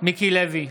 מיקי לוי,